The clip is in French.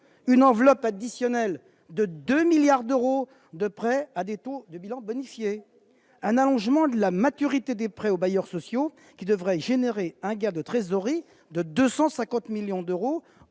une enveloppe additionnelle de 2 milliards d'euros de prêts à des taux de bilan bonifiés, un allongement de la maturité des prêts aux bailleurs sociaux qui devrait produire un gain de trésorerie de 250 millions d'euros